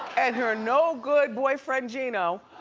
and her no good boyfriend geno.